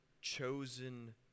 chosen